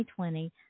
2020